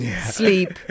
sleep